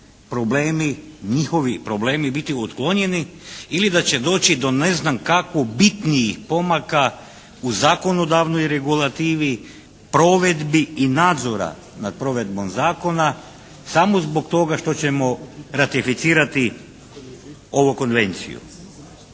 problemi, njihovi problemi biti otklonjeni ili da će doći do ne znam kako bitnijih pomaka u zakonodavnoj regulativi, provedbi i nadzora nad provedbom zakona samo zbog toga što ćemo ratificirati ovu konvenciju.